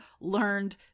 learned